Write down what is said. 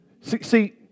See